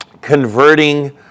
converting